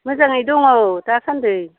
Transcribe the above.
मोजाङै दङ दासान्दै